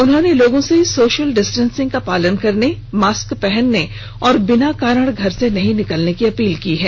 उन्होंने लोगों से सोशल डिस्टेंसिंग का पालन करने मास्क पहनने और बिना कारण घर से नही निकलने की अपील की है